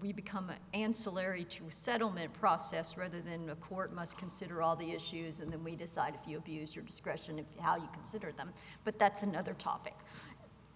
we become an ancillary to resettlement process rather than a court must consider all the issues and then we decide if you abuse your discretion of how you consider them but that's another topic